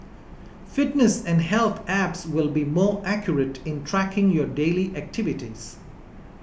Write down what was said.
fitness and health apps will be more accurate in tracking your daily activities